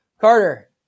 Carter